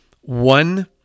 one